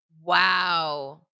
Wow